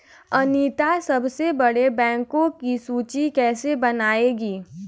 अनीता सबसे बड़े बैंकों की सूची कैसे बनायेगी?